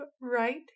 right